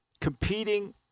competing